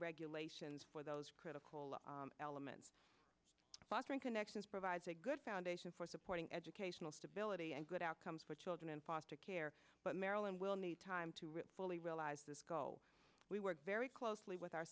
regulations for those critical elements fostering connections provides a good foundation for supporting educational stability and good outcomes for children in foster care but maryland will need time to rip fully realize this goal we work very closely with our